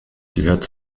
gehört